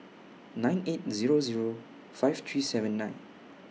nine eight Zero Zero five three seven nine